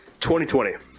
2020